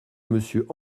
monsieur